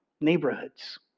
neighborhoods